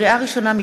לקריאה ראשונה,